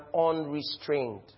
unrestrained